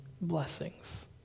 blessings